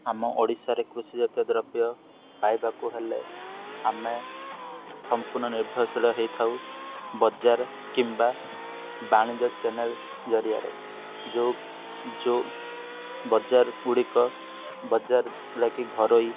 ଆମ ଓଡ଼ିଶାରେ କୃଷିଜାତୀୟ ଦ୍ରବ୍ୟ ପାଇବାକୁ ହେଲେ ଆମେ ସମ୍ପୂର୍ଣ୍ଣ ନିର୍ଭରଶୀଳ ହେଇଥାଉ ବଜାର କିମ୍ବା ବାଣିଜ୍ୟ ଚ୍ୟାନେଲ୍ ଜରିଆରେ ଯେଉଁ ଯେଉଁ ବଜାର ଗୁଡ଼ିକ ବଜାର ଗୁଡ଼ାକି ଘରୋଇ